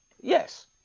Yes